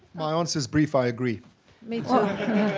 my answer is brief, i agree. i mean